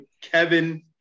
Kevin